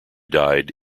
died